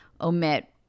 omit